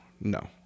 No